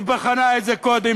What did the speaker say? היא בחנה את זה קודם.